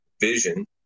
vision